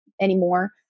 anymore